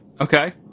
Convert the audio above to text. Okay